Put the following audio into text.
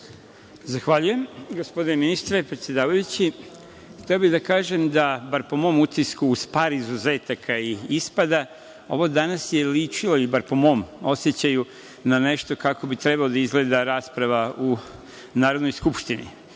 Zahvaljujem. Gospodine ministre, predsedavajući, hteo bih da kažem da, bar po mom utisku, uz par izuzetaka i ispada, ovo danas je ličilo, ili bar po mom osećanju, na nešto kako bi trebalo da izgleda rasprava u Narodnoj skupštini.